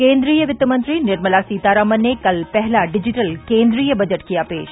केन्द्रीय वित्त मंत्री निर्मला सीतारमन ने कल पहला डिजिटल केन्द्रीय बजट किया पेश